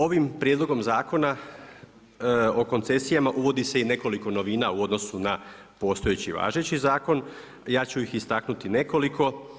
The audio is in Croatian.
Ovim Prijedlogom Zakona o koncesijama uvodi se i nekoliko novina u odnosu na postojeći, važeći zakon, ja ću ih istaknuti nekoliko.